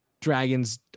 dragons